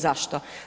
Zašto?